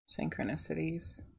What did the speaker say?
Synchronicities